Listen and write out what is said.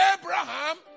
Abraham